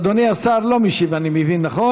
אדוני השר לא משיב, אני מבין, נכון?